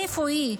איפה היא?